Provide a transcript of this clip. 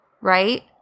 right